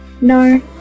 No